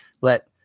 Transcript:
let